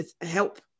help